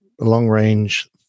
long-range